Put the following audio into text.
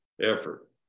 effort